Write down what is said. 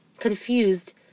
Confused